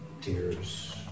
tears